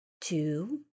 two